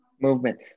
Movement